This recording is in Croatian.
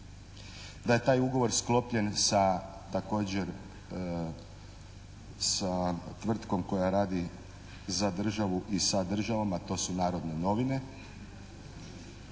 da je taj ugovor sklopljen sa također sa tvrtkom koja radi za državu i sa državom, a to su "Narodne novine"